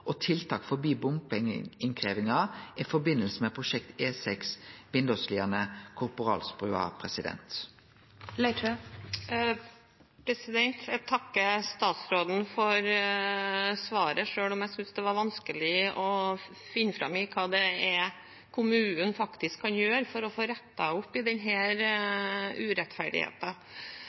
og tiltak for bompengeinnkrevjing i samband med prosjektet E6 Vindåsliene–Korporalsbrua. Jeg takker statsråden for svaret, selv om jeg synes det var vanskelig å se hva det er kommunen faktisk kan gjøre for å få rettet opp i